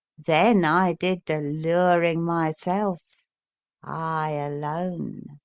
then i did the luring myself i alone.